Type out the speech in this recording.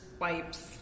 wipes